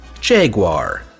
Jaguar